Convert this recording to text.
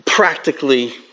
practically